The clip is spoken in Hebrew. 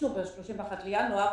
הוגשו ב-31 בינואר.